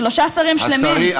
שלושה שרים שלמים.